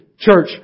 Church